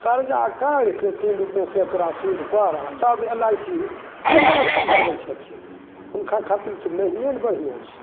कर्जा कएके छथिन रुपैआ सैकड़ा सूदिपर तब एल आइ सी बीमा खोलबऽबै छथिन हुनका खातिर तऽ नहियेे ने बढ़िआँ छै